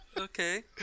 Okay